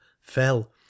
fell